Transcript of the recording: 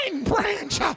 branch